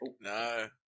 No